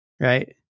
Right